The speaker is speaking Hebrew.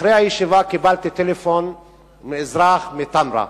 אחרי הישיבה קיבלתי טלפון מאזרח מתמרה.